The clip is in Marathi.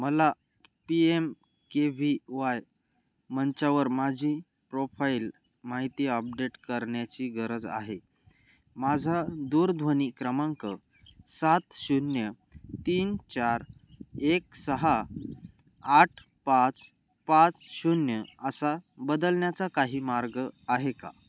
मला P M K V Y मंचावर माझी प्रोफाईल माहिती अपडेट करण्याची गरज आहे माझा दूरध्वनी क्रमांक सात शून्य तीन चार एक सहा आठ पाच पाच शून्य असा बदलण्याचा काही मार्ग आहे का